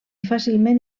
fàcilment